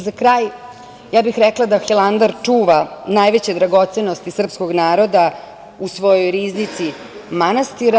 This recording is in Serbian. Za kraj bih rekla da Hilandar čuva najveće dragocenosti srpskog naroda u svojoj riznici manastira.